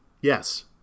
Yes